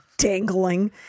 dangling